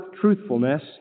truthfulness